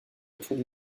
autour